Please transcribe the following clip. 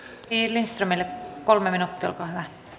lindströmille kolme minuuttia olkaa